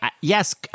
yes